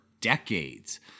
decades